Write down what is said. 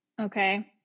okay